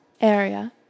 area